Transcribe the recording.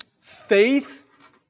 faith